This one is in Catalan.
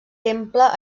temple